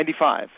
95